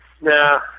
nah